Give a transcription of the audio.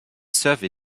survey